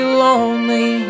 lonely